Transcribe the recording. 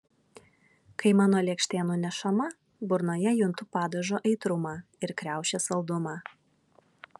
kai mano lėkštė nunešama burnoje juntu padažo aitrumą ir kriaušės saldumą